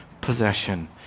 possession